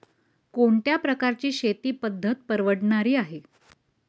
कोणत्या प्रकारची शेती पद्धत परवडणारी आहे?